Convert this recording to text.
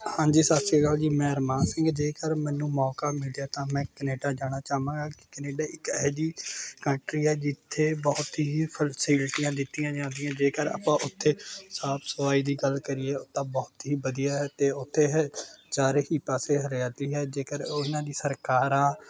ਹਾਂਜੀ ਸਤਿ ਸ਼੍ਰੀ ਅਕਾਲ ਜੀ ਮੈਂ ਅਰਮਾਨ ਸਿੰਘ ਜੇਕਰ ਮੈਨੂੰ ਮੌਕਾ ਮਿਲਿਆ ਤਾਂ ਮੈਂ ਕਨੇਡਾ ਜਾਣਾ ਚਾਹਵਾਂਗਾ ਕਿ ਕਨੇਡਾ ਇੱਕ ਇਹੇ ਜਿਹੀ ਕੰਟਰੀ ਹੈ ਜਿੱਥੇ ਬਹੁਤ ਹੀ ਫਲਸਿਟੀਆਂ ਦਿੱਤੀਆਂ ਜਾਂਦੀਆਂ ਜੇਕਰ ਆਪਾਂ ਉੱਥੇ ਸਾਫ਼ ਸਫਾਈ ਦੀ ਗੱਲ਼ ਕਰੀਏ ਤਾਂ ਬਹੁਤ ਹੀ ਵਧੀਆ ਹੈ ਅਤੇ ਉੱਥੇ ਇਹ ਚਾਰੇ ਹੀ ਪਾਸੇ ਹਰਿਆਲੀ ਹੈ ਜੇਕਰ ਉਹਨਾਂ ਦੀ ਸਰਕਾਰਾਂ